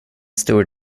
stor